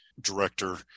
director